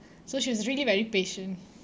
so she was really very patient